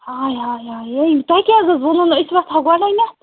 ہاے ہاے ہاے ہاے یے تۄہہِ کیٛازِ حظ ووٚنوٕ نہٕ أسۍ وَسہٕ ہاو گۄڈٕنیٚتھ